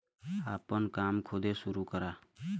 आपन काम खुदे सुरू करा